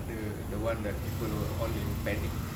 the the one that people were all in panic